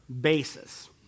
basis